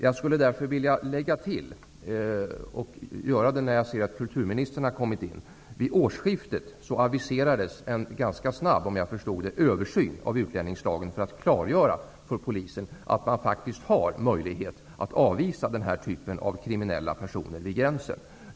Jag skulle därför vilja tillägga -- jag ser att kulturministern har kommit in i kammaren -- att vid årsskiftet avviserades en ganska snabb översyn av utlänningslagen för att klargöra för polisen att det faktiskt finns möjlighet att avvisa den här typen av kriminella personer vid gränsen.